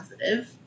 positive